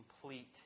complete